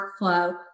workflow